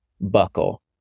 buckle